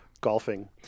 golfing